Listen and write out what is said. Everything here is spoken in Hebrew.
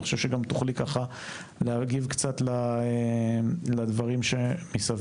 אני חושב שגם תוכלי ככה להגיב קצת לדברים שמסביב.